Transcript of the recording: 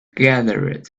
gathered